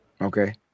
Okay